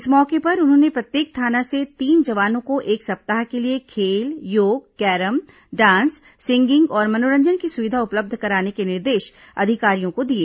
इस मौके पर उन्होंने प्रत्येक थाना से तीन जवानों को एक सप्ताह के लिए खेल योग कैरम डांस सिंगिंग और मनोरंजन की सुविधा उपलब्ध कराने के निर्देश अधिकारियों को दिए